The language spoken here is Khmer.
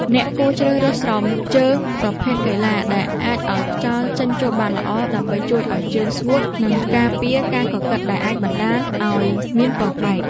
អ្នកគួរជ្រើសរើសស្រោមជើងប្រភេទកីឡាដែលអាចឱ្យខ្យល់ចេញចូលបានល្អ ដើម្បីជួយឱ្យជើងស្ងួត និងការពារការកកិតដែលអាចបណ្ដាលឱ្យមានពងបែក។